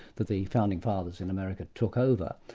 that the founding fathers in america took over,